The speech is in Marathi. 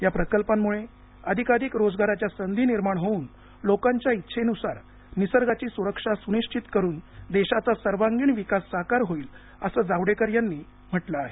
या प्रकल्पांमुळे अधिकाधिक रोजगाराच्या संधी निर्माण होऊन लोकांच्या इच्छेनुसार निसर्गाची सुरक्षा सुनिश्चित करून देशाचा सर्वांगीण विकास साकार होईल असं जावडेकर यांनी म्हटलं आहे